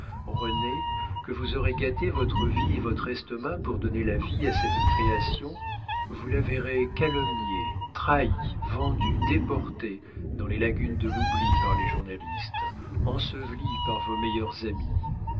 rené que vous aurez gâté votre vie et votre estomac pour donner la vie à cette création vous la verrez calomniée trahie vendue déportée dans les lagunes de l'oubli par les journalistes ensevelie par vos meilleurs amis